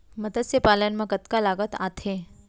मतस्य पालन मा कतका लागत आथे?